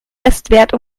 bestwert